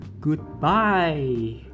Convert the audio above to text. goodbye